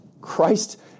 Christ